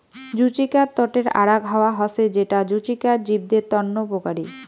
জুচিকার তটের আরাক হাওয়া হসে যেটা জুচিকার জীবদের তন্ন উপকারী